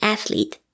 Athlete